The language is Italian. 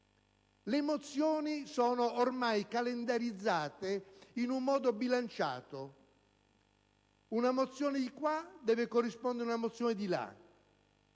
Le mozioni sono ormai calendarizzate in maniera bilanciata - una mozione di qua deve corrispondere ad una mozione di là